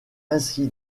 ainsi